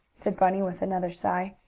said bunny with another sigh.